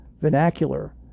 vernacular